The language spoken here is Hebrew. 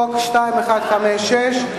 חוק פ/2156,